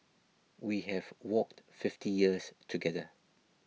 we have walked fifty years together